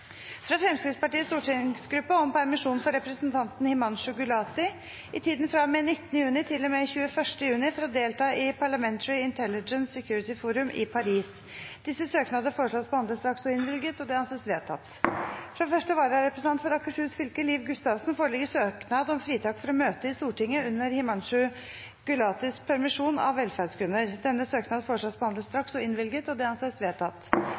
fra Fremskrittspartiets stortingsgruppe om permisjon for representanten Himanshu Gulati i tiden fra og med 19. juni til og med 21. juni for å delta i Parliamentary Intelligence-Security Forum i Paris Disse søknader foreslås behandlet straks og innvilget. – Det anses vedtatt. Fra første vararepresentant for Akershus fylke, Liv Gustavsen , foreligger søknad om fritak for å møte i Stortinget under representanten Himanshu Gulatis permisjon, av velferdsgrunner. Etter forslag fra presidenten ble enstemmig besluttet: Søknaden behandles straks og